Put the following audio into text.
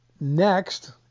Next